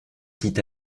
dit